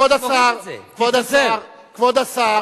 כבוד השר, כבוד השר, כבוד השר.